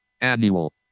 annual